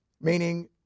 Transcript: meaning